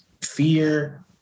fear